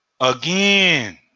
again